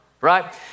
right